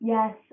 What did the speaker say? Yes